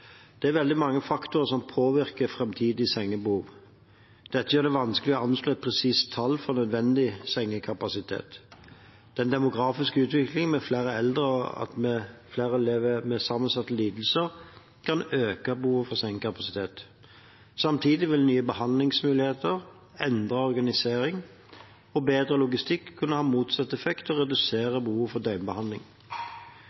Det er veldig mange faktorer som påvirker et framtidig sengebehov. Dette gjør det vanskelig å anslå et presist tall for nødvendig sengekapasitet. Den demografiske utviklingen med flere eldre og at flere lever med sammensatte lidelser, kan øke behovet for sengekapasitet. Samtidig vil nye behandlingsmuligheter, endret organisering og bedre logistikk kunne ha motsatt effekt og